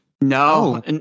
No